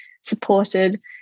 supported